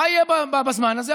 מה יהיה בזמן הזה?